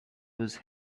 was